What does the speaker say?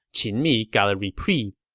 qin mi got a reprieve.